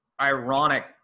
ironic